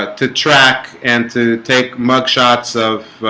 ah to track and to take mug shots of